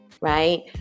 right